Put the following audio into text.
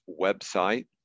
website